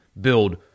build